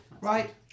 Right